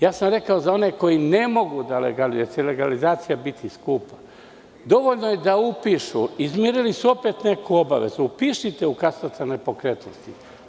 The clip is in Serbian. Ja sam rekao za one koji ne mogu da legalizuju, jer će legalizacija biti skupa, dovoljno je da upišu, izmirili su opet neku obavezu upišite u katastar nepokretnosti.